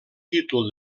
títol